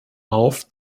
auf